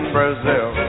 Brazil